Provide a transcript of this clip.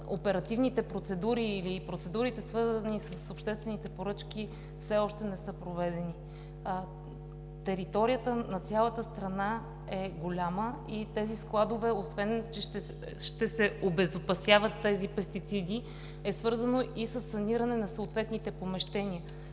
оперативните процедури или процедурите, свързани с обществените поръчки, все още не са проведени. Територията на цялата страна е голяма. В тези складове, освен че ще се обезопасяват пестицидите, те са свързани и със саниране на съответните помещения.